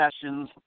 Sessions